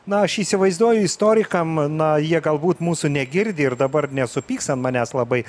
na aš įsivaizduoju istorikam na jie galbūt mūsų negirdi ir dabar nesupyks ant manęs labai